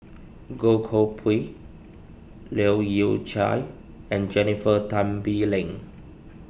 Goh Koh Pui Leu Yew Chye and Jennifer Tan Bee Leng